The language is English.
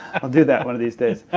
i'll do that one of these days.